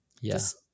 Yes